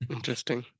Interesting